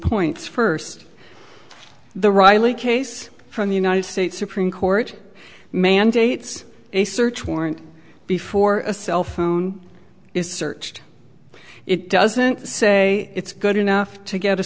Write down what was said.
points first the riley case from the united states supreme court mandates a search warrant before a cell phone is searched it doesn't say it's good enough to get a